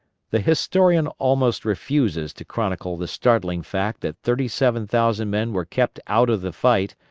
the historian almost refuses to chronicle the startling fact that thirty seven thousand men were kept out of the fight,